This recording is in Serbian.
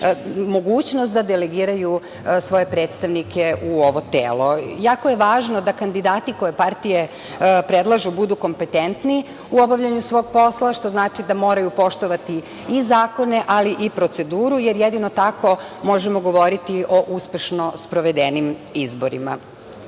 mogućnost da delegiraju svoje predstavnike u ovo telo. Jako je važno da kandidati koje partije predlažu budu kompetentni u obavljanju svog posla, što znači da moraju poštovati i zakone, ali i proceduru jer jedino tako možemo govoriti o uspešno sprovedenim